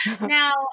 now